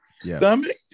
stomach